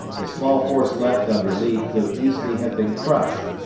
the small force left under lee could easily have been crushed,